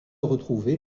retrouvée